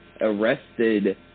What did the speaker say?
arrested